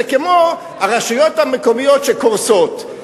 זה כמו הרשויות המקומיות שקורסות.